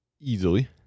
easily